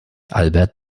albert